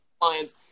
Clients